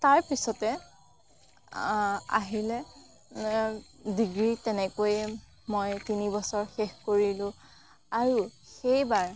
তাৰপিছতে আহিলে ডিগ্ৰী তেনেকৈয়ে মই তিনি বছৰ শেষ কৰিলোঁ আৰু সেইবাৰ